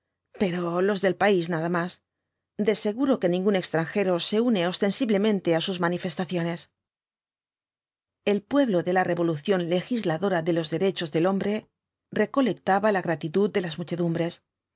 pero los del país nada más de seguro que ningún extranjero se une ostensiblemente á sus manifestaciones el pueblo de la revolución legisladora de los derelos cuatro jinktbs del apocalipsis ches del hombre recolectaba la gratitud de las